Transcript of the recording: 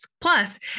Plus